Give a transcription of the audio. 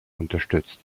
unterstützt